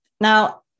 Now